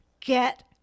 Get